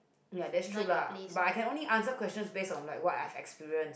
ya that's true lah but I can only answer questions based on what I had experienced